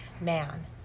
man